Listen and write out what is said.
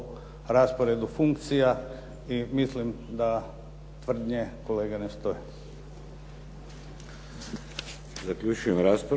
rasporedu funkcija i mislim da tvrdnje kolege ne stoje.